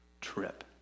trip